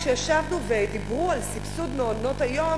כשישבנו ודיברו על סבסוד מעונות-היום